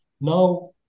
Now